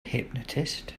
hypnotist